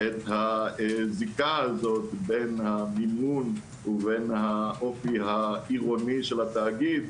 את הזיקה הזאת בין המימון ובין האופי העירוני של התאגיד,